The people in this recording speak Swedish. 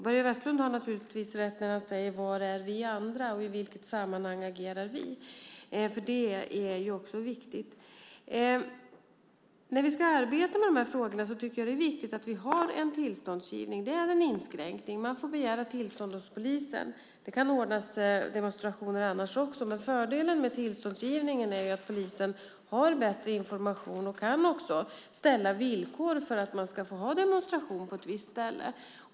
Börje Vestlund har naturligtvis rätt när han säger: Var är vi andra, och i vilket sammanhang agerar vi? Det är också viktigt. När vi ska arbeta med dessa frågor är det viktigt att vi har en tillståndsgivning. Det är en inskränkning. Man får begära tillstånd hos polisen. Det kan anordnas demonstrationer annars också, men fördelen med tillståndsgivningen är att polisen har bättre information och också kan ställa villkor för att man ska få ha demonstration på ett visst ställe.